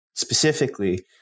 Specifically